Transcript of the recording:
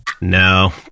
No